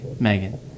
megan